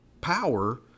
Power